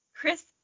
Chris